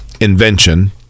invention